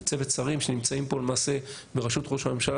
צוות שרים שנמצאים פה למעשה בראשות ראש הממשלה,